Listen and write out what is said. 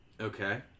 Okay